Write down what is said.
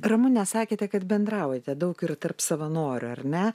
ramune sakėte kad bendraujate daug ir tarp savanorių ar ne